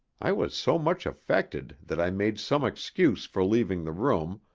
i was so much affected that i made some excuse for leaving the room,